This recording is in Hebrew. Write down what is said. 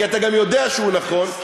כי אתה גם יודע שהוא נכון.